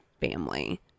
family